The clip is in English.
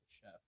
chef